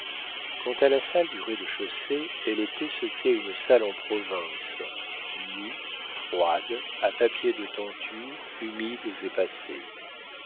quant à la salle du rez-de-chaussée elle était ce qu'est une salle en province nue froide à papiers de tenture humides et passés